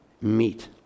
meet